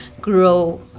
grow